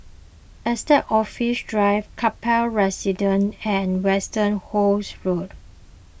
Estate Office Drive Kaplan Residence and Westerhout Road